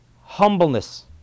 humbleness